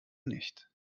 nicht